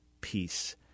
peace